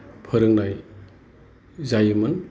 फोरोंनाय जायोमोन